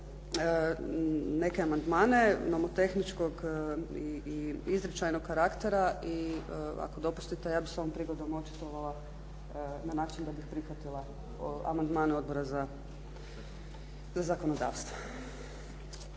neke amandmane nomotehničkog i izričajnog karaktera i ako dopustite ja bih se ovom prigodom očitovala na način da bih prihvatila amandmane Odbora za zakonodavstvo.